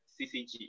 CCG